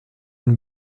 une